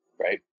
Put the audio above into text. right